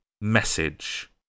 message